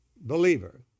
believer